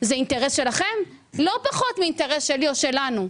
זה אינטרס שלכם לא פחות מאינטרס שלי או שלנו.